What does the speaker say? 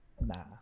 Nah